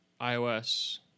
iOS